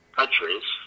countries